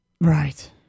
Right